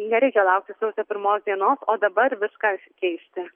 nereikia laukti sausio pirmos dienos o dabar viską keisti